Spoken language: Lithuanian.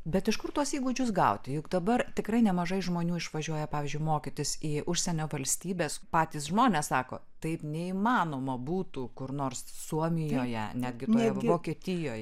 bet iš kur tuos įgūdžius gauti juk dabar tikrai nemažai žmonių išvažiuoja pavyzdžiui mokytis į užsienio valstybes patys žmonės sako taip neįmanoma būtų kur nors suomijoje netgi toje vokietijoje